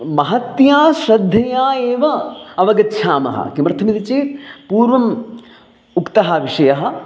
महत्या श्रद्धया एव अवगच्छामः किमर्थमिति चेत् पूर्वम् उक्तः विषयः